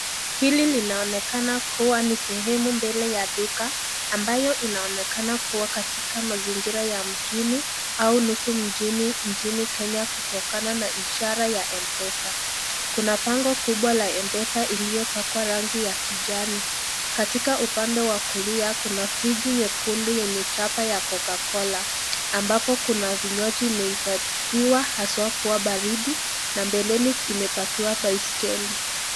Hili linaonekana kuwa ni sehemu mbele ya duka, ambayo inaonekana kuwa katika mazigira ya mjini au nusu mjini nchini Kenya kutokana na ishara ya M-pesa. Kuna bango kubwa la M-pesa iliyopakwa rangi ya kijani. Katika upanda wa kulia kuna friji nyekundu yenye chapa ya Coca Cola, ambapo kuna vinywaji imeifadhiwa haswa kwa baridi, na mbeleni imepakuwa baiskeli.